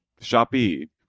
Shopee